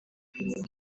ngo